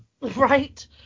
Right